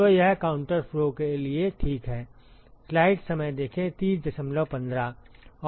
तो यह counter flow के लिए ठीक है